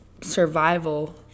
survival